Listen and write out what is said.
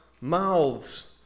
mouths